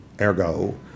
ergo